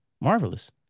marvelous